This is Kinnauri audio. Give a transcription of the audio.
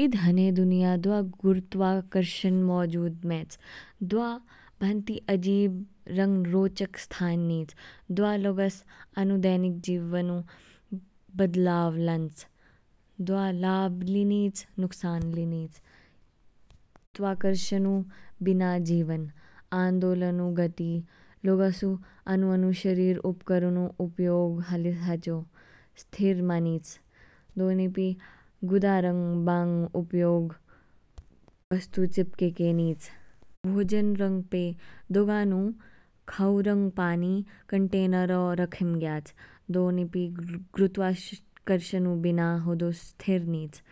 ई हने दुनिया द्वा गुरुत्वाकर्षण मौजूद मैच, द्वा भांति अजीब रंग रोचक स्थान नीच। द्वा लोगस अनु देनिक जीवनों बदलाव लांच। द्वा लाभ ली नीच, नुकसान लि नीच। गुरुत्वाकर्षण ऊ बिना जीवन, आंदोलनों गति, लोग स ऊ आनु आनु शरीर उपकरणों उपयोग हलिस हाजो, स्थिर मानिच। दोनिपि गुदा रंग बांग उपयोग वस्तु चिपके के नीच। भोजन रंग पेय, दोगानु खाओ रंग, पानी, कंटेनर औ रखेमग्याच। दोनिपी ग्रुत्वाकर्षणु बिना होदो स्थिर नीच।